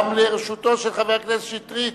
גם לרשותו של חבר הכנסת שטרית,